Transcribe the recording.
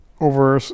over